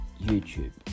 YouTube